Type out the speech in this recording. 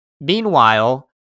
Meanwhile